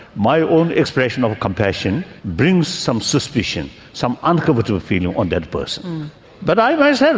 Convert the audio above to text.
my own expression of compassion brings some suspicion, some uncomfortable feeling on that person but i myself,